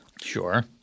Sure